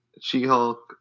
She-Hulk